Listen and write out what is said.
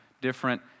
different